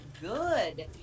good